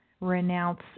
renounce